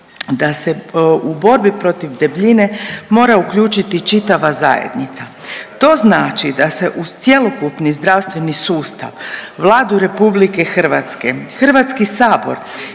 da se u borbi protiv debljine mora uključiti čitava zajednica. To znači da se u cjelokupni zdravstveni sustav, Vladu RH, HS i ostale